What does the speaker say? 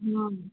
ल